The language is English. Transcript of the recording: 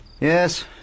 Yes